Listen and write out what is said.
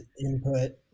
input